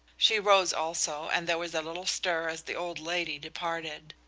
she rose also, and there was a little stir as the old lady departed.